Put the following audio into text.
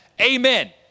amen